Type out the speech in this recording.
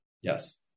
Yes